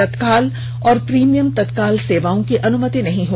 तत्काल और प्रीमियम तत्काल सेवाओं की अनुमति नहीं है